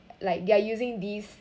like they're using these